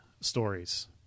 stories